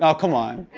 ah come on.